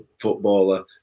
footballer